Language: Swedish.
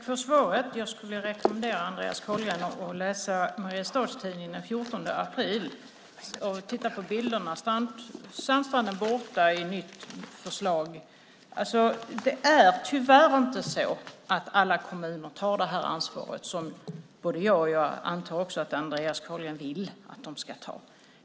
Herr talman! Jag skulle vilja rekommendera Andreas Carlgren att läsa Mariestads-Tidningen den 14 april och att titta på bilderna där. Sandstranden är borta i ett nytt förslag. Det är tyvärr inte så att alla kommuner tar det ansvar som jag och, antar jag, också Andreas Carlgren vill att de ska ta.